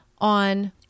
on